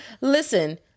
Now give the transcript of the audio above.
Listen